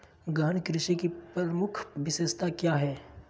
गहन कृषि की प्रमुख विशेषताएं क्या है?